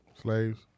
Slaves